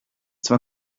zwar